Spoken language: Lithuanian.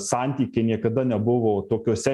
santykiai niekada nebuvo tokiose